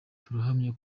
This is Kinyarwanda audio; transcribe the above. turahamya